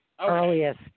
earliest